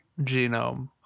genome